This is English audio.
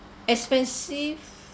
expensive